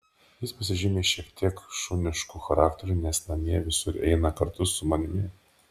jis pasižymi šiek tiek šunišku charakteriu nes namie visur eina kartu su manimi